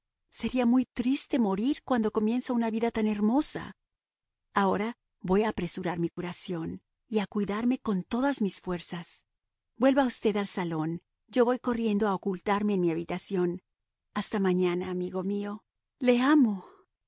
sería muy triste morir cuando comienza una vida tan hermosa ahora voy a apresurar mi curación y a cuidarme con todas mis fuerzas vuelva usted al salón yo voy corriendo a ocultarme en mi habitación hasta mañana amigo mío le amo